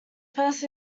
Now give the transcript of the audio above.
first